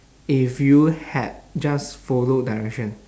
if you had just follow direction